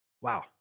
Wow